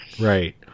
Right